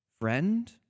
friend